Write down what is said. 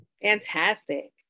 Fantastic